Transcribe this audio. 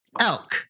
elk